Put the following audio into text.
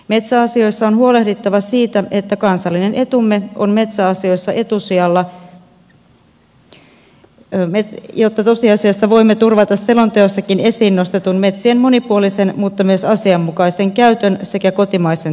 metsäasioissa on huolehdittava siitä että kansallinen etumme on etusijalla jotta tosiasiassa voimme turvata selonteossakin esiin nostetun metsien monipuolisen mutta myös asianmukaisen käytön sekä kotimaisen työllisyyden